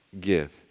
give